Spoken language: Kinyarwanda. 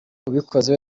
ubikoze